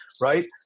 right